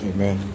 Amen